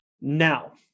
Now